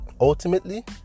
ultimately